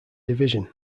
division